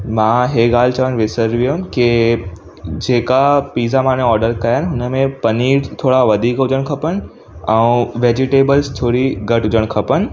मां हे ॻाल्हि चवण विसरी वियमि कि जेका पिज़्ज़ा माना ऑडर कया हुन में पनीर थोरा वधीक हुजणु खपनि ऐं वैजिटेबल्स थोरी घटि हुजणु खपनि